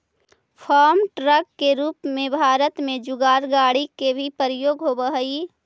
farm truck के रूप में भारत में जुगाड़ गाड़ि के भी प्रयोग होवऽ हई